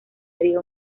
río